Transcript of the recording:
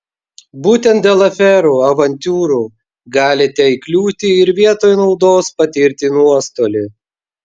būtent dėl aferų avantiūrų galite įkliūti ir vietoj naudos patirti nuostolį